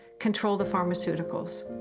control the pharmaceuticals.